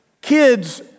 Kids